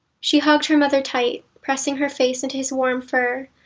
she hugged her mother tight, pressing her face into his warm fur,